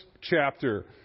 chapter